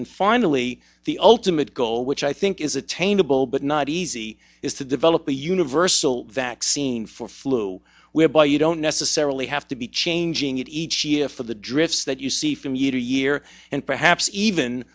and finally the ultimate goal which i think is attainable but not easy is to develop a universal vaccine for flu whereby you don't necessarily have to be changing it each year for the drift that you see from year to year and perhaps even